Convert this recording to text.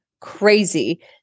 crazy